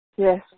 Yes